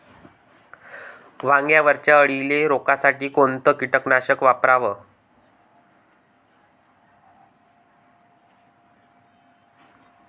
वांग्यावरच्या अळीले रोकासाठी कोनतं कीटकनाशक वापराव?